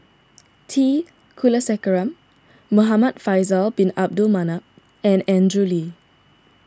T Kulasekaram Muhamad Faisal Bin Abdul Manap and Andrew Lee